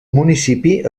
municipi